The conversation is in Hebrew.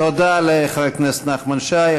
תודה לחבר הכנסת נחמן שי.